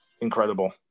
Incredible